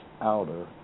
outer